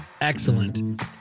excellent